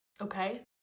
okay